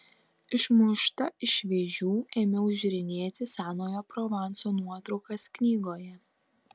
išmušta iš vėžių ėmiau žiūrinėti senojo provanso nuotraukas knygoje